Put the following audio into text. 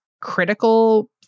critical